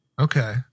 Okay